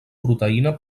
proteïna